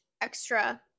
extra